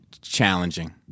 Challenging